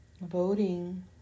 voting